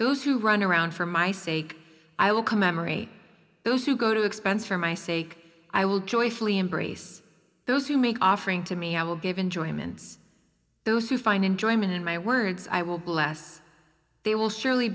those who run around for my sake i will commemorate those who go to expense for my sake i will joyfully embrace those who make offering to me i will give enjoyment those who find enjoyment in my words i will bless they will surely